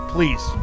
Please